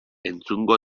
entzungo